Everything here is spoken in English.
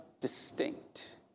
distinct